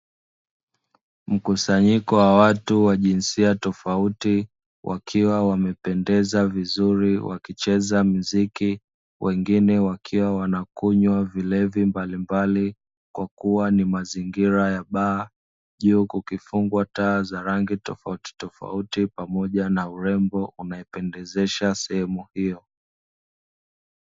Mkusanyiko wa watu wa jinsia tofauti wakiwa wamependeza vizuri wakicheza mziki wengine wakiwa wanakunywa vilevi mbalimbali kwakua ni mazingira ya baa, juu kukifungwa taa za rangi tofauti tofauti pamoja na urembo unaopendezesha sehemu hiyo.